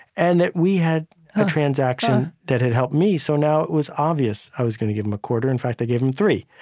and we had a transaction that had helped me, so now it was obvious i was going to give him a quarter. in fact, i gave him three,